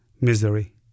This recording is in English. Misery